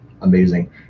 amazing